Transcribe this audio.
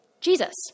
Jesus